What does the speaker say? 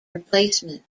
replacement